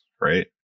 right